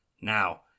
now